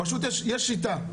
פשוט יש שיטה,